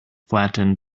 flattened